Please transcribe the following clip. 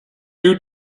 you